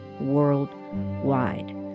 worldwide